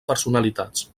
personalitats